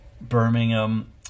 Birmingham